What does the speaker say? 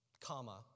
comma